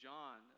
John